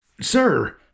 Sir